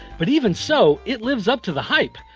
but even so it lives up to the hype.